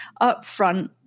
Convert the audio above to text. upfront